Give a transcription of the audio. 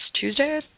Tuesday